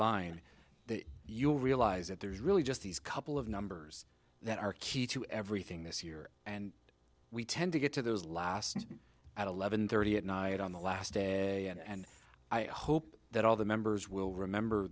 line you realize that there's really just these couple of numbers that are key to everything this year and we tend to get to those last at eleven thirty at night on the last day and i hope that all the members will remember